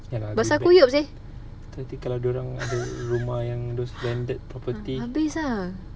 basah kuyup seh habis ah